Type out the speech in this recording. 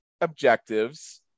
objectives